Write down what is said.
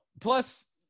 plus